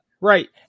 right